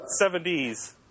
70s